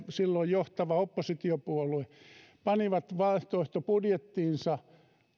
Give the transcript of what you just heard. silloin johtava oppositiopuolue pani vaihtoehtobudjettiinsa